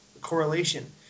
correlation